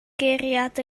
guriad